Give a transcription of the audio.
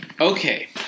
Okay